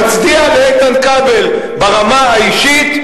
אני מצדיע לאיתן כבל ברמה האישית,